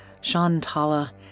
Shantala